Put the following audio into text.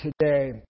today